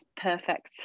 perfect